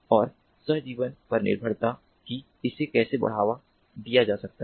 और सहजीवन पर निर्भरता कि इसे कैसे बढ़ावा दिया जा सकता है